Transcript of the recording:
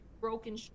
broken